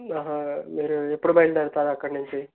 మీరు ఎప్పుడు బయలుదేరుతారు అక్కడి నుంచి